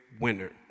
winner